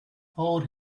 hole